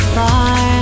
far